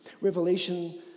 Revelation